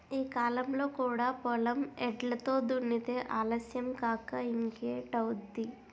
ఈ కాలంలో కూడా పొలం ఎడ్లతో దున్నితే ఆలస్యం కాక ఇంకేటౌద్ది?